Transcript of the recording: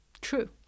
True